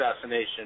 assassination